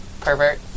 Pervert